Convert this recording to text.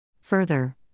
Further